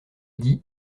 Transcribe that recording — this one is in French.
dit